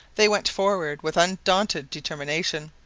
they went forward with undaunted determination.